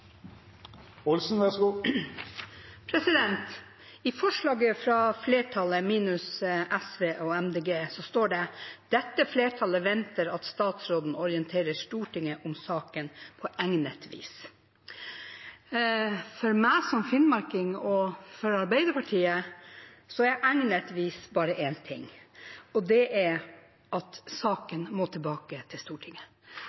I en merknad fra flertallet minus SV står det: «Dette flertallet venter at statsråden orienterer Stortinget om saken på egnet vis.» For meg som finnmarking og for Arbeiderpartiet er «egnet vis» bare én ting, og det er at